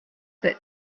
that